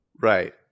Right